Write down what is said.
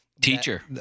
teacher